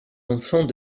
enfants